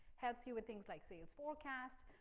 helps you with things like sales forecast,